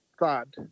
Thought